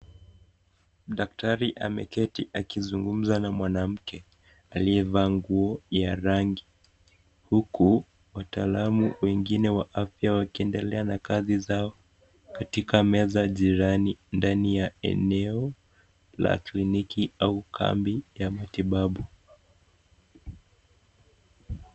Daktari ameketi akizungumza na mwanamke aliyevaa nguo ya rangi huku wataalamu wengine wa afya wakiendelea na kazi zao katika meza jirani ndani ya eneo la kliniki au kambi ya matibabu.